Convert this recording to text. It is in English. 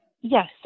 Yes